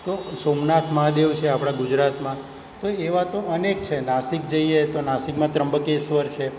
તો સોમનાથ મહાદેવ છે આપણા ગુજરાતમાં તો એવા તો અનેક છે નાસિક જઈએ તો નાસિકમાં ત્રંબકેશ્વર છે